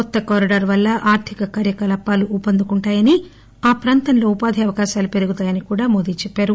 కొత్త కారిడార్ వల్ల ఆర్థిక కార్యకలాపాలు ఊపందుకుంటాయని ఆ ప్రాంతంలో ఉపాధి అవకాశాలు పెరుగుతాయని కూడా ప్రధాన మంత్రి చెప్పారు